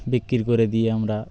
বিক্রি করে দিয়ে আমরা